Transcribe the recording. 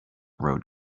road